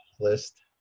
list